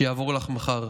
שיעבור לך מחר.